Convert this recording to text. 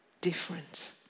different